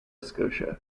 scotia